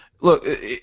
look